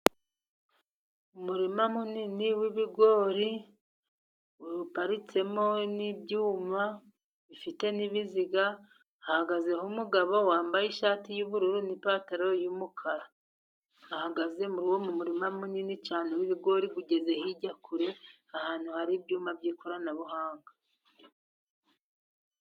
Umurima munini w'ibigori uparitsemo n'ibyuma bifite n'ibiziga. Hahagazeho umugabo wambaye ishati y'ubururu n'ipantaro y'umukara, ahagaze muri uwo murima munini cyane w'ibigori ugeze hirya kure, ahantu hari ibyuma by'ikoranabuhanga.